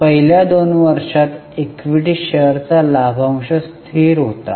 पहिल्या दोन वर्षांत इक्विटी शेअरचा लाभांश स्थिर होता